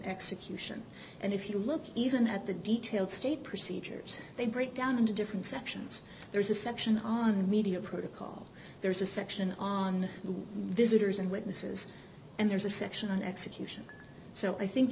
execution and if you look even at the detail state procedures they break down into different sections there's a section on media protocol there's a section on the visitors and witnesses and there's a section on execution so i think